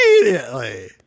Immediately